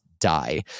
die